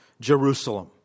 Jerusalem